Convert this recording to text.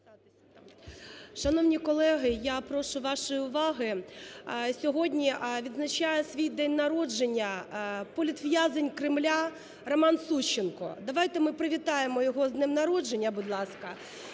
Шановні колеги, я прошу вашої уваги. Сьогодні відзначає свій день народження політв'язень Кремля Роман Сущенко. Давайте ми привітаємо його з днем народження, будь ласка,